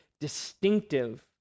distinctive